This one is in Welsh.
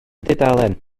dudalen